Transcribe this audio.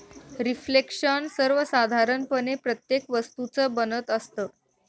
reflection सर्वसाधारणपणे प्रत्येक वस्तूचं बनत असतं